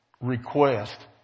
request